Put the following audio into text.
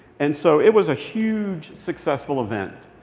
and so it was a huge successful event.